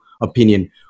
opinion